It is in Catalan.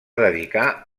dedicar